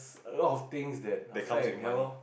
it's a lot of things that affect ya lor